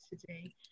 today